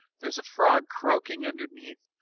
there's a frog croaking underneath,